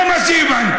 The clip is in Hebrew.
זה מה שהבנתי.